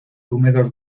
húmedos